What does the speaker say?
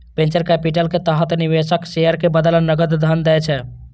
venture capital के तहत निवेशक शेयर के बदला नकद धन दै छै